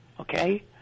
Okay